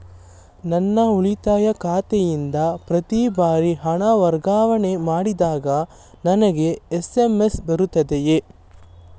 ನನ್ನ ಉಳಿತಾಯ ಖಾತೆಯಿಂದ ಪ್ರತಿ ಬಾರಿ ಹಣ ವರ್ಗಾವಣೆ ಮಾಡಿದಾಗ ನನಗೆ ಎಸ್.ಎಂ.ಎಸ್ ಬರುತ್ತದೆಯೇ?